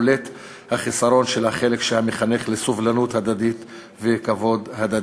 שבו בולט החיסרון של החלק שמחנך לסובלנות הדדית וכבוד הדדי.